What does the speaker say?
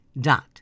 dot